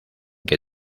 que